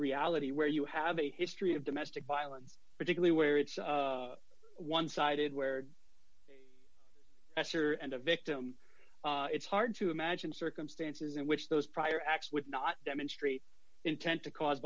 reality where you have a history of domestic violence particularly where it's one sided where escher and a victim it's hard to imagine circumstances in which those prior acts would not demonstrate intent to cause